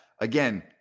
Again